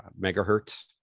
megahertz